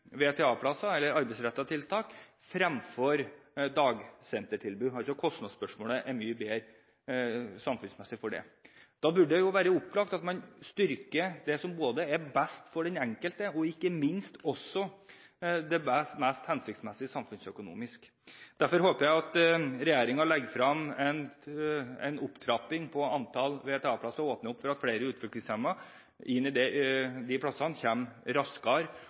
VTA-plasser eller arbeidsrettede tiltak fremfor dagsentertilbud. Kostnadene er mye bedre samfunnsmessig fordelt. Da burde det være opplagt at man styrker det som både er best for den enkelte og – ikke minst – også det samfunnsøkonomisk mest hensiktsmessige. Derfor håper jeg at regjeringen legger frem en opptrappingsplan for antall VTA-plasser og åpner for at flere utviklingshemmede kommer raskere inn i de plassene.